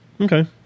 Okay